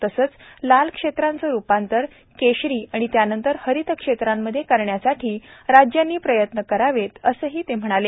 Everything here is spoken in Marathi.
तसंच लाल क्षेत्रांच रुपांतर केशरी आणि त्यानंतर हरित क्षेत्रामध्ये करण्यासाठी राज्यांनी प्रयत्न करावेत असंही ते म्हणाले